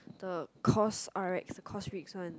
the Cosrx Cosrx one